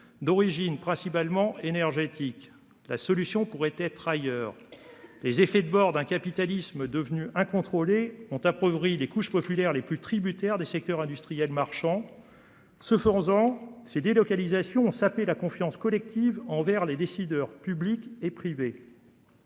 d'origine principalement énergétique. La solution pourrait être ailleurs. Les effets de bord d'un capitalisme devenu incontrôlée ont appauvri les couches populaires, les plus tributaire des secteurs industriels, marchands. Ce faisant, ces délocalisations sapé la confiance collective envers les décideurs publics et privés.